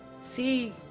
See